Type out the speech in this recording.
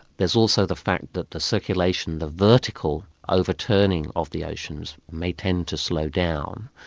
there is also the fact that the circulation, the vertical overturning of the oceans may tend to slow down,